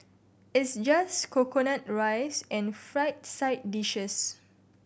it's just coconut rice and fried side dishes